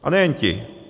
A nejen ti.